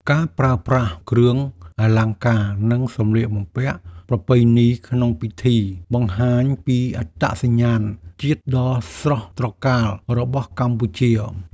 ការប្រើប្រាស់គ្រឿងអលង្ការ និងសម្លៀកបំពាក់ប្រពៃណីក្នុងពិធី បង្ហាញពីអត្តសញ្ញាណជាតិដ៏ស្រស់ត្រកាលរបស់កម្ពុជា។